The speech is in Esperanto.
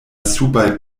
subaj